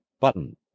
button